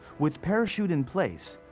with parachute in place,